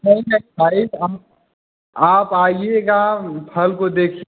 नहीं नहीं भाई आप आइएगा फल को देखिए